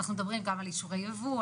אנחנו מדברים גם על אישורי ייבוא,